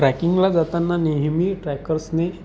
ट्रॅकिंगला जाताना नेहमी ट्रॅकर्सने